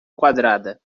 quadrada